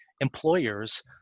employers